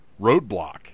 Roadblock